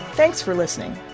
thanks for listening